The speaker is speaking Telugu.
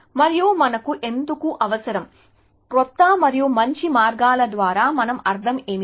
మరియు మనకు ఎందుకు అవసరం క్రొత్త మరియు మంచి మార్గాల ద్వారా మనం అర్థం ఏమిటి